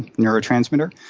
neurotransmitter.